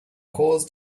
cause